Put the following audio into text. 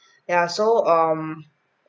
yeah so um